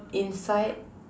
inside